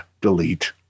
delete